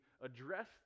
address